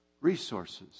resources